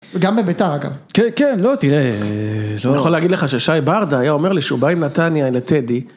גם בבית"ר, אגב. -כן, כן, לא, תראה... -אני יכול להגיד לך ששי ברדה היה אומר לי שהוא בא עם נתניה לטדי.